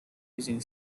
using